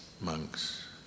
monks